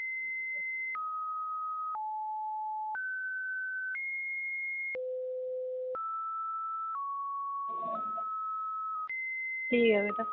ठीक ऐ तां